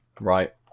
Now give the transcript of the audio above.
Right